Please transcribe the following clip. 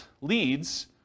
leads